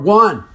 one